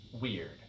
weird